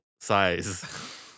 size